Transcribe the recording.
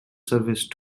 service